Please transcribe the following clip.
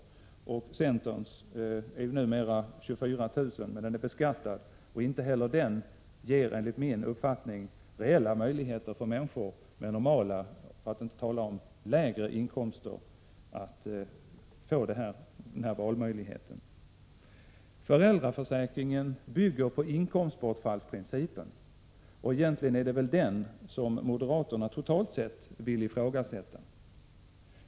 Den ersättning centern föreslår uppgår numera till 24 000 kr., men den är beskattad, och inte heller den ger enligt min uppfattning reella möjligheter för människor med normala — för att inte tala om lägre — inkomster att välja. Föräldraförsäkringen bygger på inkomstbortfallsprincipen, och egentligen är det väl den som moderaterna vill ifrågasätta, totalt sett.